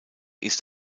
ist